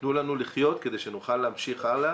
תנו לנו לחיות כדי שנוכל להמשיך הלאה,